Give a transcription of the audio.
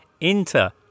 Inter